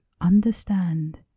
understand